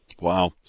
Wow